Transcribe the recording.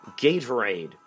Gatorade